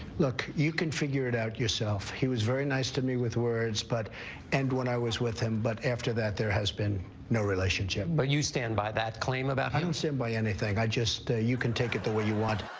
look, you can figure it out yourself, he was very nice to me with words, but and when i was with him, but after that there has been no relationship. but you stand by that claim about him? i don't stand by anything. i just, ah. you can take it the way you want.